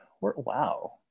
wow